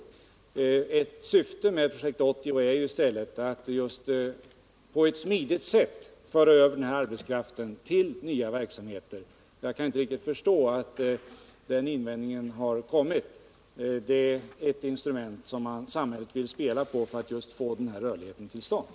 Men ett syfte med Projekt 80 är ju i stället att på ett smidigt sätt föra över den här arbetskraften till nya verksamheter. Jag kan därför inte riktigt förstå att denna invändning Nr 26 har kommit. Detta är ett instrument som samhället vill spela på just för att få Måndagen den denna rörlighet till stånd.